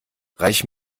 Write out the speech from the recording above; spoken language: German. reich